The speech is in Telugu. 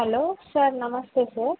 హలో సార్ నమస్తే సార్